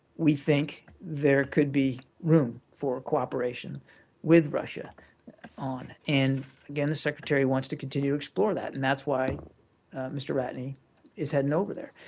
we think there could be room for cooperation with russia on. and again, the secretary wants to continue to explore that, and that's why mr. ratney is heading over there.